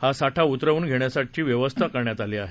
हा साठा उतरवून घेण्यासाठी व्यवस्था करण्यात आली आहे